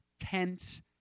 tense